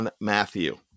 Matthew